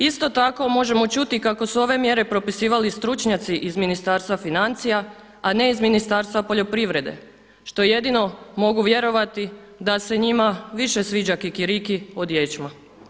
Isto tako, možemo čuti kako su ove mjere propisivali stručnjaci iz Ministarstva financija, a ne iz Ministarstva poljoprivrede što jedino mogu vjerovati da se njima više sviđa kikiriki od ječma.